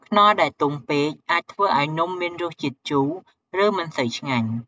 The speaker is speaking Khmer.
ខ្នុរដែលទុំពេក អាចធ្វើឱ្យនំមានរសជាតិជូរ ឬមិនសូវឆ្ងាញ់។